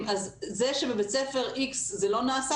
אז זה שבבית ספר X זה לא נעשה,